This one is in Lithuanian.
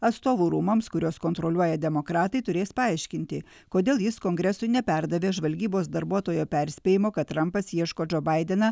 atstovų rūmams kuriuos kontroliuoja demokratai turės paaiškinti kodėl jis kongresui neperdavė žvalgybos darbuotojo perspėjimo kad trampas ieško džo baideną